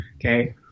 Okay